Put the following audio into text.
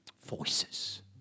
voices